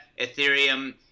Ethereum